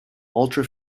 ultra